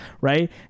right